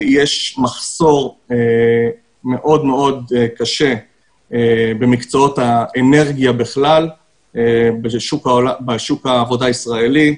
יש מחסור מאוד מאוד קשה במקצועות האנרגיה בכלל בשוק העבודה הישראלי.